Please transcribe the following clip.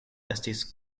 estis